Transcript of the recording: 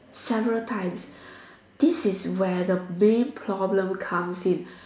several times this is where the main problem comes in